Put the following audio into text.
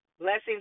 Blessings